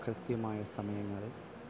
കൃത്യമായ സമയങ്ങളിൽ